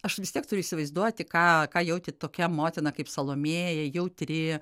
aš vis tiek turiu įsivaizduoti ką ką jautė tokia motina kaip salomėja jautri